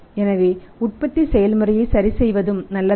எனவே உற்பத்தி செயல்முறையை சரிசெய்வதும் நல்லதல்ல